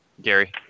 Gary